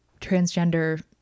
transgender